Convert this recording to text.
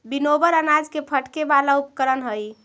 winnower अनाज के फटके वाला उपकरण हई